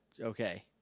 Okay